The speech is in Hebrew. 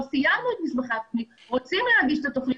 סיימנו את מסמכי התוכנית ורוצים להגיש את התוכנית,